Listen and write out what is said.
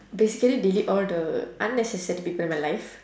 basically delete all the unnecessary people in my life